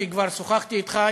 וכבר שוחחתי אתך,